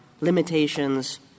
limitations